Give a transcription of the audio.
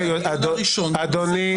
אדוני,